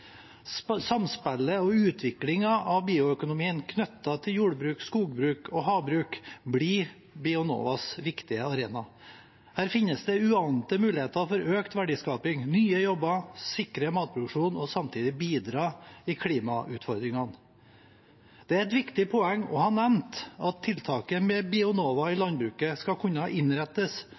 Samspillet og utviklingen av bioøkonomien knyttet til jordbruk, skogbruk og havbruk blir Bionovas viktige arena. Her finnes det uante muligheter for økt verdiskaping og nye jobber, og for å sikre matproduksjonen og samtidig bidra i klimautfordringene. Det er et viktig poeng å ha nevnt at tiltaket med Bionova i landbruket skal kunne innrettes